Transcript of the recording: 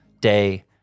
day